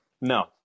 No